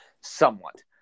somewhat